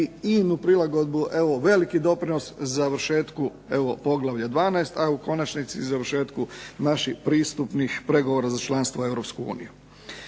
i inu prilagodbu, evo veliki doprinos završetku evo poglavlja 12., a u konačnici i završetku naših pristupnih pregovora za članstvo u Europsku uniju.